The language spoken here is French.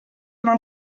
vingt